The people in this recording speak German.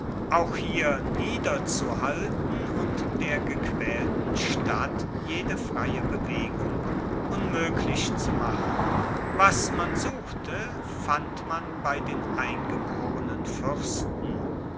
auch hier niederzuhalten und der gequaelten stadt jede freie bewegung unmoeglich zu machen was man suchte fand man bei den eingeborenen fuersten